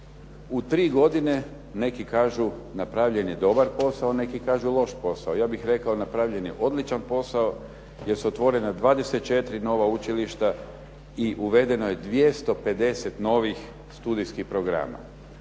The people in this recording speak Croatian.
U tri godine neki kažu napravljen je dobar posao, neki kažu loš posao. Ja bih rekao napravljen je odličan posao jer su otvorena 24 nova učilišta i uvedeno je 250 novih studijskih programa.